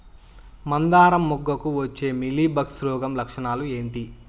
మందారం మొగ్గకు వచ్చే మీలీ బగ్స్ రోగం లక్షణాలు ఏంటి?